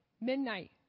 midnight